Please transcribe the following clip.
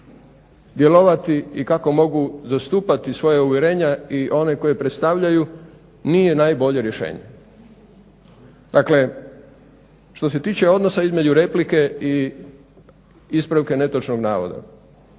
djelovati i kako mogu zastupati svoja uvjerenja i one koje predstavljaju, nije najbolje rješenje. Dakle, što se tiče odnosa između replike i ispravka netočnog navoda,